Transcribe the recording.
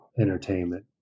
entertainment